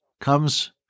comes